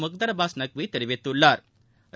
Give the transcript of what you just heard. முக்தாா் அபாஸ் நக்வி தெரிவித்துள்ளாா்